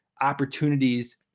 opportunities